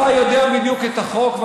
אתה יודע בדיוק את החוק,